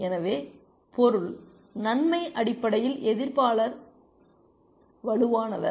எனவே பொருள் நன்மை அடிப்படையில் எதிர்ப்பாளர் வலுவானவர்